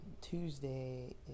Tuesday